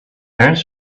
parents